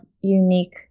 unique